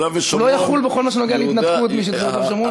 הוא לא יחול בכל מה שנוגע להתנתקות משטחי יהודה ושומרון?